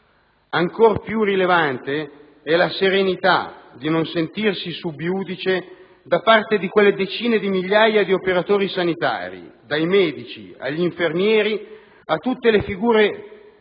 Ancor più rilevante è la serenità di non sentirsi *sub iudice* da parte di quelle decine di migliaia di operatori sanitari, dai medici agli infermieri, a tutte le figure